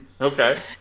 Okay